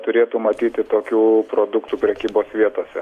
turėtų matyti tokių produktų prekybos vietose